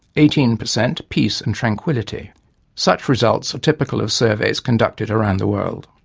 eighteen per cent peace and tranquillity such results are typical of surveys conducted around the world.